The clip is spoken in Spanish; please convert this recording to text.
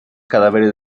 cadáveres